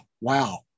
wow